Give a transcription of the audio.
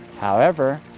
however,